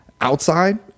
outside